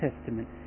Testament